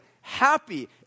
happy